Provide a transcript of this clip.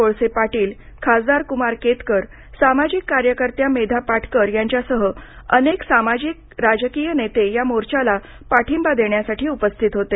कोळसे पाटील खासदार कुमार केतकर सामाजिक कार्यकर्त्या मेधा पाटकर यांच्यासह अनेक सामाजिक राजकीय नेते या मोर्चाला पाठिंबा देण्यासाठी उपस्थित होते